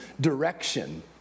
direction